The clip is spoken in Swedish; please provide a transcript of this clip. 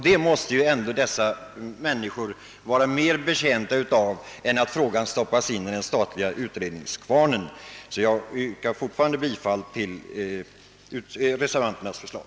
Detta måste de som beröres av frågan vara mera hetjänta av än av att den stoppas in i den statliga utredningskvarnen. Jag yrkar fortfarande bifall till reservationen 1.